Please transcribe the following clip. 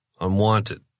unwanted